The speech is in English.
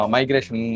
Migration